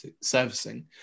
servicing